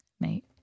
mate